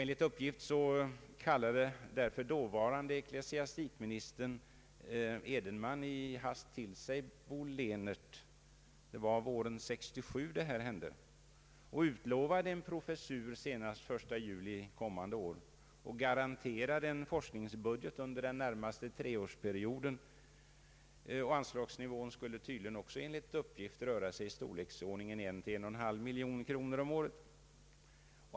Enligt uppgift kallade därför dåvarande ecklesiastikministern Edenman i hast till sig Bo Lehnert — det var våren 1967 — och utlovade en professur senast i juli 1968 samt garanterade en forskningsbudget under den närmaste treårsperioden. = Anslagsnivån «skulle tydligen enligt uppgift röra sig om 1—1,5 miljoner kronor om året.